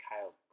Kyle